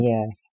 Yes